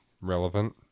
relevant